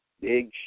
big